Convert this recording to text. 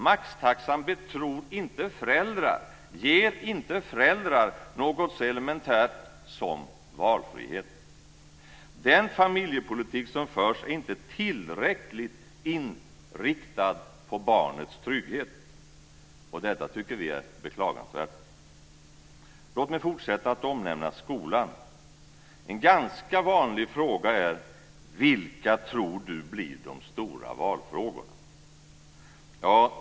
Maxtaxan betror inte föräldrar och ger inte föräldrar något så elementärt som valfrihet. Den familjepolitik som förs är inte tillräckligt inriktad på barnets trygghet. Detta tycker vi är beklagansvärt. Låt mig fortsätta med att omnämna skolan. En ganska vanlig fråga är: Vilka tror du blir de stora valfrågorna?